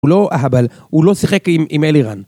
הוא לא אהבל, הוא לא שיחק עם, עם אלירן.